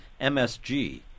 MSG